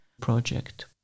project